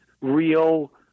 real